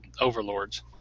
overlords